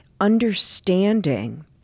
understanding